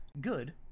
good